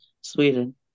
Sweden